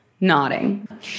nodding